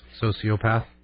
sociopath